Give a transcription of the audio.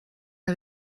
der